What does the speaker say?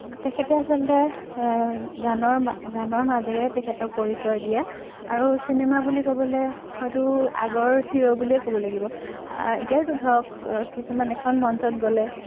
তেখেতে আচলতে গানৰ মা গানৰ মাজেৰে তেখেতৰ পৰিচয় দিয়ে আৰু চিনেমা বুলি ক'বলৈ হয়তো আগৰ হিৰ' বুলিয়েই ক'ব লাগিব এতিয়াৰতো ধৰক কিছুমান এখন মঞ্চত গ'লে